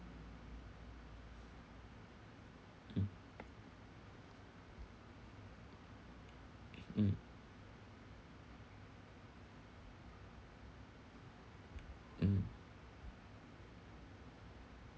mm mm mm